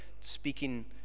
speaking